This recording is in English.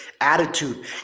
attitude